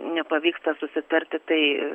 nepavyksta susitarti tai